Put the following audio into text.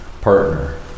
partner